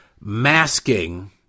Masking